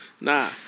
nah